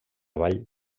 vall